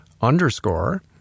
underscore